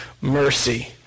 mercy